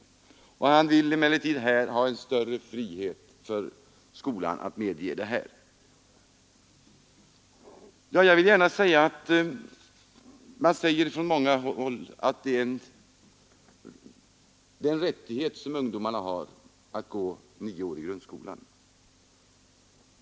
Motionärerna vill emellertid ha en större frihet för skolan att medge sådant utbyte. Man säger på många håll att det är en rättighet, som ungdomarna har, att gå nio år i grundskolan.